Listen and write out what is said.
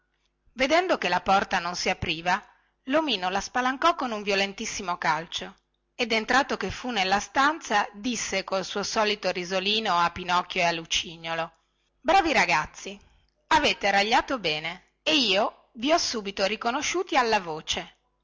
vedendo che la porta non si apriva lomino la spalancò con un violentissimo calcio ed entrato che fu nella stanza disse col suo solito risolino a pinocchio e a lucignolo bravi ragazzi avete ragliato bene e io vi ho subito riconosciuti alla voce